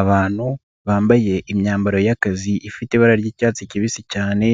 Abantu bambaye imyambaro y'akazi ifite ibara ry'icyatsi kibisi cyane